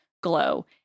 Glow